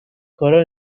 کارا